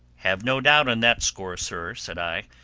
have no doubt on that score, sir, said i,